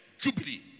jubilee